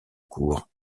cour